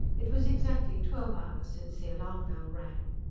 it was exactly twelve hours since the alarm-bell rang.